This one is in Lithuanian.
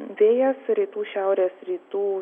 vėjas rytų šiaurės rytų